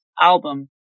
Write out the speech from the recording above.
album